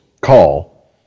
call